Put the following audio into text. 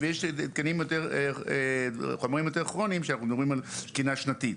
יש גם חומרים יותר כרוניים כשאנחנו מדברים על תקינה שנתית.